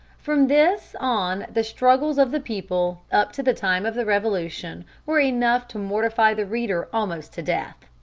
from this on the struggles of the people up to the time of the revolution were enough to mortify the reader almost to death.